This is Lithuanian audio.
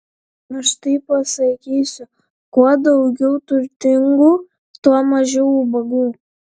aš taip pasakysiu kuo daugiau turtingų tuo mažiau ubagų